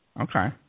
Okay